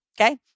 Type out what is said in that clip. okay